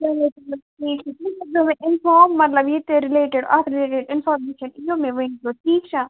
چَلو تیٚلہِ ٹھیٖک چھُ تُہۍ کٔرۍ زیو مےٚ اِنفام مطلب ییتہِ رِلیٹِڈ أتھۍ رِلیٹِڈ اِنفامیشَن یِیو مےٚ ؤنۍ زیو ٹھیٖک چھا